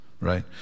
Right